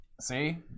See